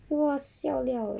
!wah! siao liao